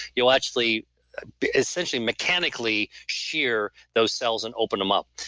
you'll actually essentially mechanically shear those cells and open them up.